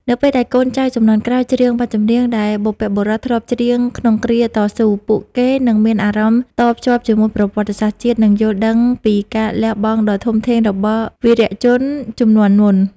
នៅពេលដែលកូនចៅជំនាន់ក្រោយច្រៀងបទចម្រៀងដែលបុព្វបុរសធ្លាប់ច្រៀងក្នុងគ្រាតស៊ូ ពួកគេនឹងមានអារម្មណ៍តភ្ជាប់ជាមួយប្រវត្តិសាស្ត្រជាតិ និងយល់ដឹងពីការលះបង់ដ៏ធំធេងរបស់វីរជនជំនាន់មុន។